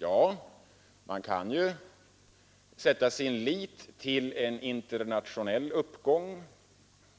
Man kan naturligtvis sätta sin lit till en internationell uppgång,